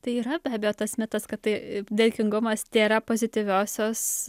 tai yra be abejo tas mitas kad tai dėkingumas tėra pozityviosios